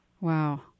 Wow